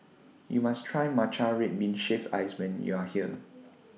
YOU must Try Matcha Red Bean Shaved Ice YOU Are here